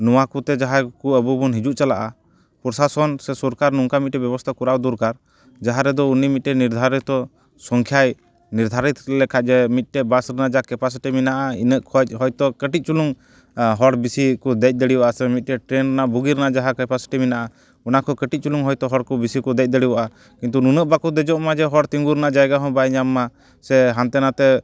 ᱱᱚᱣᱟ ᱠᱚᱛᱮ ᱡᱟᱦᱟᱸᱭ ᱠᱚ ᱟᱵᱚᱵᱚᱱ ᱦᱤᱡᱩᱜ ᱪᱟᱞᱟᱜᱼᱟ ᱯᱚᱨᱥᱟᱥᱚᱱ ᱥᱮ ᱥᱚᱨᱠᱟᱨ ᱱᱚᱝᱠᱟ ᱢᱤᱫᱴᱮᱱ ᱵᱮᱵᱚᱥᱛᱟ ᱠᱚᱨᱟᱣ ᱫᱚᱨᱠᱟᱨ ᱡᱟᱦᱟᱸ ᱨᱮᱫᱚ ᱩᱱᱤ ᱢᱤᱫᱴᱮᱱ ᱱᱤᱨᱫᱷᱟᱨᱤᱛᱚ ᱥᱚᱝᱠᱷᱟᱭ ᱱᱤᱨᱫᱷᱟᱨᱤᱛ ᱞᱮᱠᱷᱟᱡ ᱡᱮ ᱢᱤᱫᱴᱮᱱ ᱵᱟᱥ ᱨᱮᱱᱟᱜ ᱡᱟ ᱠᱮᱯᱟᱥᱤᱴᱤ ᱢᱮᱱᱟᱜᱼᱟ ᱤᱱᱟᱹᱜ ᱠᱷᱚᱡ ᱦᱳᱭᱛᱳ ᱠᱟᱹᱴᱤᱡ ᱪᱩᱞᱩᱝ ᱦᱚᱲ ᱵᱤᱥᱤ ᱠᱚ ᱫᱮᱡ ᱫᱟᱲᱮᱭᱟᱜᱼᱟ ᱥᱮ ᱢᱤᱫᱴᱮᱱ ᱴᱨᱮᱱ ᱨᱮᱱᱟᱜ ᱵᱩᱜᱤ ᱨᱮᱱᱟᱜ ᱡᱟᱦᱟᱸ ᱠᱮᱯᱟᱥᱤᱴᱤ ᱢᱮᱱᱟᱜᱼᱟ ᱚᱱᱟ ᱠᱷᱚᱱ ᱠᱟᱹᱴᱤᱡ ᱪᱩᱞᱩᱝ ᱦᱳᱭᱛᱳ ᱦᱚᱲ ᱠᱚ ᱵᱤᱥᱤ ᱠᱚ ᱫᱮᱡ ᱫᱟᱲᱮᱣᱟᱜᱼᱟ ᱠᱤᱱᱛᱩ ᱱᱩᱱᱟᱹᱜ ᱵᱟᱠᱚ ᱫᱮᱡᱚᱜ ᱢᱟ ᱡᱮ ᱦᱚᱲ ᱛᱤᱸᱜᱩ ᱨᱮᱱᱟᱜ ᱡᱟᱭᱜᱟ ᱦᱚᱸ ᱵᱟᱭ ᱧᱟᱢᱟ ᱥᱮ ᱦᱟᱱᱛᱮ ᱱᱟᱛᱮ